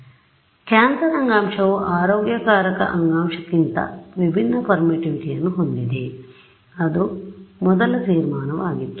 ಆದ್ದರಿಂದ ಕ್ಯಾನ್ಸರ್ ಅಂಗಾಂಶವು ಆರೋಗ್ಯಕರ ಅಂಗಾಂಶಕ್ಕಿಂತ ವಿಭಿನ್ನ ಪರ್ಮಿಟಿವಿಟಿಯನ್ನು ಹೊಂದಿದೆ ಅದು ಮೊದಲ ತೀರ್ಮಾನ ಆಗಿತ್ತು